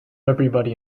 everybody